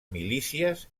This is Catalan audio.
milícies